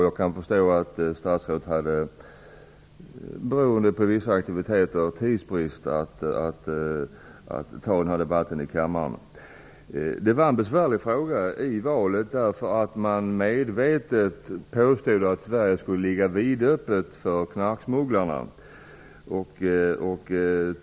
Jag kan förstå att finansministern på grund av vissa aktiviteter var tidsmässigt pressad och hade svårt att hinna med en debatt här i kammaren. Detta var en besvärlig fråga inför folkomröstningen, eftersom det påstods att Sverige skulle komma att ligga vidöppet för knarksmugglarna.